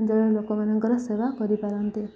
ଅଞ୍ଚଳର ଲୋକମାନଙ୍କର ସେବା କରିପାରନ୍ତେ